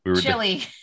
Chili